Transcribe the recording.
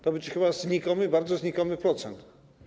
To będzie chyba znikomy, bardzo znikomy procent.